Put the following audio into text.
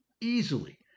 easily